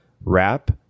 wrap